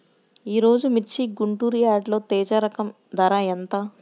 ఈరోజు మిర్చి గుంటూరు యార్డులో తేజ రకం ధర ఎంత?